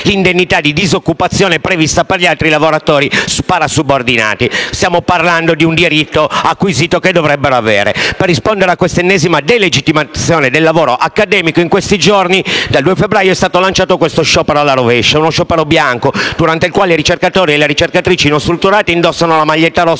l'indennità di disoccupazione prevista per gli altri lavoratori parasubordinati. Stiamo parlando di un diritto acquisito che dovrebbero avere. Per rispondere a questa ennesima delegittimazione del lavoro accademico, negli ultimi giorni, dal 2 febbraio, è stato lanciato uno "sciopero alla rovescia", ovvero uno sciopero bianco, durante il quale i ricercatori e le ricercatrici non strutturati indossano la maglietta rossa,